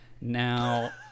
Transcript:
now